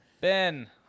Ben